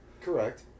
Correct